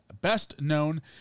best-known